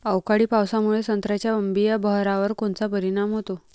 अवकाळी पावसामुळे संत्र्याच्या अंबीया बहारावर कोनचा परिणाम होतो?